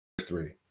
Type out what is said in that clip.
three